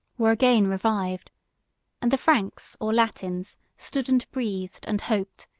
were again revived and the franks or latins stood and breathed, and hoped,